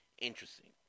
interesting